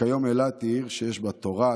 וכיום אילת היא עיר שיש בה תורה,